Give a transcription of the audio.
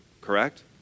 correct